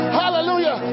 hallelujah